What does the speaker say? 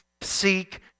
seek